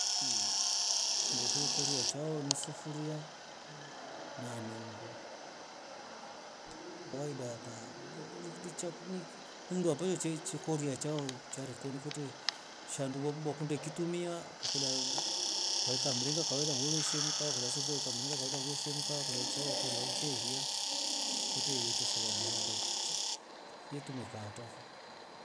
Vindo ve korea chao ni sufuri na nungu no ndo ambacho che korea chao cha rikoni kwete sanduwekola ulikitumia kwa kola weka mringa weve shemka kwa kola ni sufuria yafo ya kawaida kwa kola weveshemka na chao kwakosea hao cha iya kwete yete sababu yaamba yetumika ata fo.